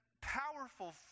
powerful